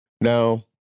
Now